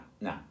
no